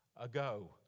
ago